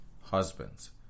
husbands